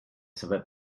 saber